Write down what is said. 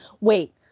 wait